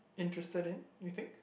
interested in you think